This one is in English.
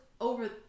over